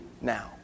now